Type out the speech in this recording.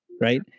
right